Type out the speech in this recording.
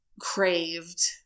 craved